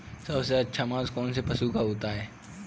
सबसे अच्छा मांस कौनसे पशु का होता है?